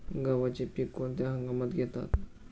गव्हाचे पीक कोणत्या हंगामात घेतात?